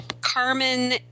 Carmen